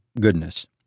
goodness